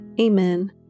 amen